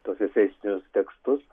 tuos eseistinius tekstus